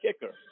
kicker